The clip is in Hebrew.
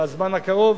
בזמן הקרוב,